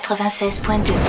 96.2